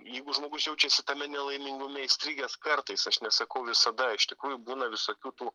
jeigu žmogus jaučiasi tame nelaimingume įstrigęs kartais aš nesakau visada iš tikrųjų būna visokių tų